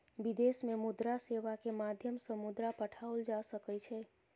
विदेश में मुद्रा सेवा के माध्यम सॅ मुद्रा पठाओल जा सकै छै